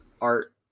art